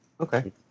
okay